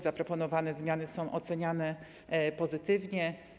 Zaproponowane zmiany są oceniane pozytywnie.